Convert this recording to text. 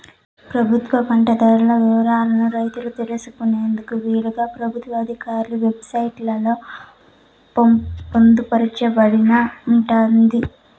ప్రభుత్వం పంట ధరల వివరాలను రైతులు తెలుసుకునేందుకు వీలుగా ప్రభుత్వ ఆధికారిక వెబ్ సైట్ లలో పొందుపరచబడి ఉంటాది